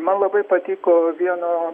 man labai patiko vieno